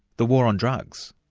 the war on drugs?